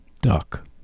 Duck